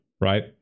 Right